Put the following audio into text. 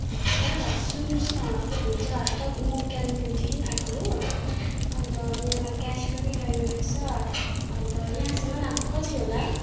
दादा सुन्नुहोस् न के भन्छ तप् म कालिम्पोङदेखिन् आएको हो अन्त मेरोमा क्यास पनि रहेन रहेछ अन्त यहाँसम्म आएको कति होला